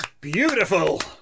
Beautiful